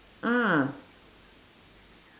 ah